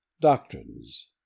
Doctrines